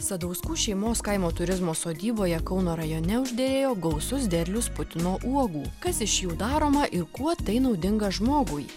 sadauskų šeimos kaimo turizmo sodyboje kauno rajone užderėjo gausus derlius putino uogų kas iš jų daroma ir kuo tai naudinga žmogui